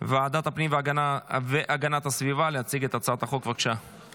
הבא על סדר-היום, הצעת חוק התכנון